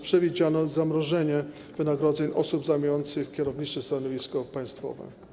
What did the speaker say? Przewidziano zamrożenie wynagrodzeń osób zajmujących kierownicze stanowiska państwowe.